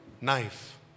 knife